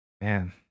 Man